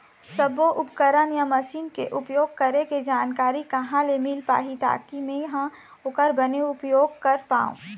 सब्बो उपकरण या मशीन के उपयोग करें के जानकारी कहा ले मील पाही ताकि मे हा ओकर बने उपयोग कर पाओ?